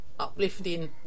uplifting